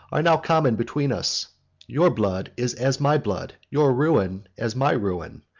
are now common between us your blood is as my blood, your ruin as my ruin.